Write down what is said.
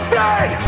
dead